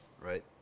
right